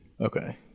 okay